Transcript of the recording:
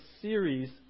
series